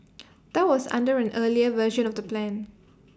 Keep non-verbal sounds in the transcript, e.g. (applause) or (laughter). (noise) that was under an earlier version of the plan